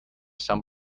some